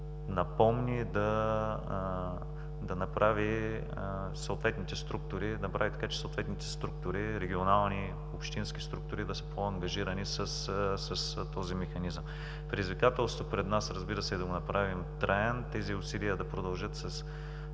напомни, да направи така че съответните регионални, общински структури да са по-ангажирани с този механизъм. Предизвикателство пред нас, разбира се, да го направим траен, тези усилия да продължат